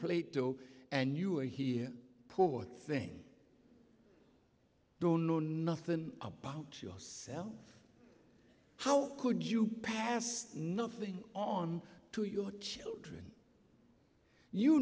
plato and you are here poor thing don't know nothing about yourself how could you pass nothing on to your children you